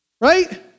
Right